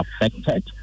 affected